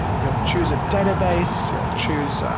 you'll choose a database. you'll choose, um